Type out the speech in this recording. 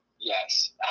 Yes